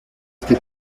este